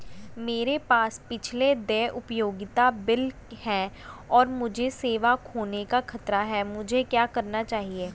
मेरे पास पिछले देय उपयोगिता बिल हैं और मुझे सेवा खोने का खतरा है मुझे क्या करना चाहिए?